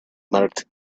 marked